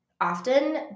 often